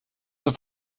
zur